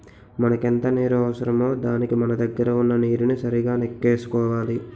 మనకెంత నీరు అవసరమో దానికి మన దగ్గర వున్న నీరుని సరిగా నెక్కేసుకోవాలి